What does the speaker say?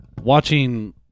watching